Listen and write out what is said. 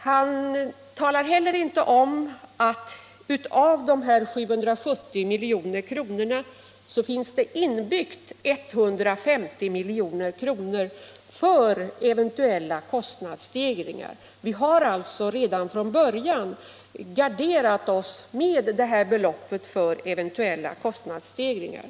Han talar heller inte om att i dessa 770 milj.kr. är 150 milj.kr. inlagda för eventuella kostnadsstegringar. Vi har alltså redan från början garderat oss med detta belopp för eventuella kostnadsstegringar.